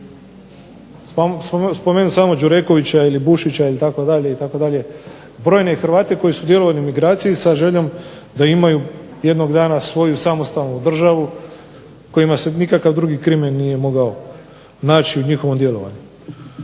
Spomenut ću samo Đurekovića, ili Bušića ili tako dalje, itd., brojne Hrvate koji su …/Govornik se ne razumije./… sa željom da imaju jednog dana svoju samostalnu državu, kojima se nikakav drugi krimen nije mogao naći u njihovom djelovanju.